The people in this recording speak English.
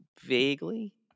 Vaguely